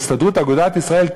הסתדרות אגודת ישראל,